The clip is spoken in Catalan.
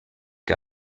que